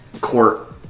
court